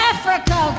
Africa